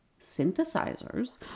Synthesizers